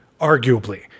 Arguably